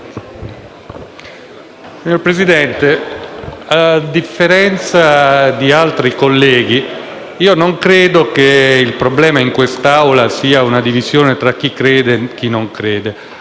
Signor Presidente, a differenza di altri colleghi io non credo che il problema in quest'Assemblea sia la divisione tra chi crede e chi non crede.